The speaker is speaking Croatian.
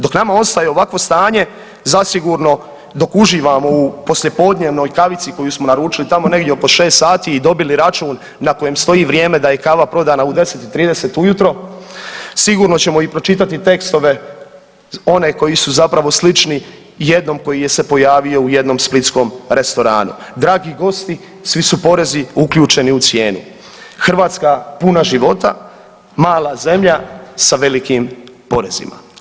Dok nama ostaje ovakvo stanje zasigurno dok uživamo u poslijepodnevnoj kavici koju smo naručili tamo negdje oko 6 sati i dobili račun na kojem stoji vrijeme da je kava prodana u 10 i 30 ujutro sigurno ćemo i pročitati tekstove one koji su zapravo slični jednom koji je se pojavio u jednom splitskom restoranu „Dragi gosti, svi su porezi uključeni u cijenu“, Hrvatska puna života, mala zemlja sa velikim porezima.